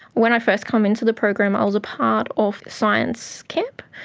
when i first came into the program i was a part of science camp.